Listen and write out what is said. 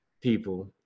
people